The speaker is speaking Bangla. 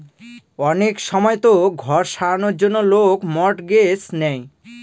অনেক সময়তো ঘর সারানোর জন্য লোক মর্টগেজ নেয়